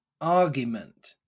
argument